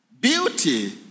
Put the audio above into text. Beauty